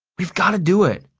we've got to do it.